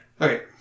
Okay